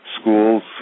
schools